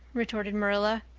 retorted marilla.